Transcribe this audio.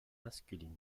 masculines